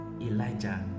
Elijah